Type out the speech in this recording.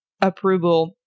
approval